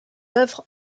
œuvres